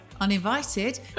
uninvited